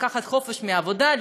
לקחת חופש מהעבודה,